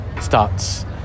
starts